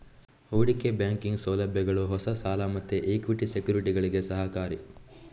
ಹೂಡಿಕೆ ಬ್ಯಾಂಕಿಂಗ್ ಸೌಲಭ್ಯಗಳು ಹೊಸ ಸಾಲ ಮತ್ತೆ ಇಕ್ವಿಟಿ ಸೆಕ್ಯುರಿಟಿಗೆ ಸಹಕಾರಿ